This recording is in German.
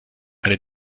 eine